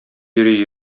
йөри